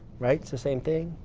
right? it's the same thing.